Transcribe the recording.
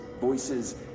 voices